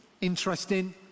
interesting